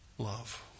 Love